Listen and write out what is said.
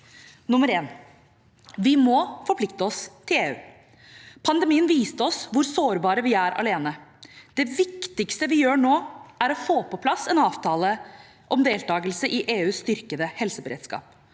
1. Vi må forplikte oss til EU. Pandemien viste oss hvor sårbare vi er alene. Det viktigste vi gjør nå, er å få på plass en avtale om deltakelse i EUs styrkede helseberedskap